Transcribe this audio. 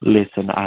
Listen